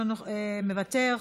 מוותר,